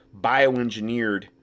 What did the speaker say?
bioengineered